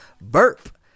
burp